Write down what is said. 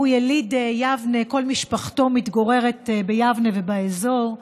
הוא יליד יבנה, וכל משפחתו מתגוררת ביבנה ובאזור,